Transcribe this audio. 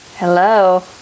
Hello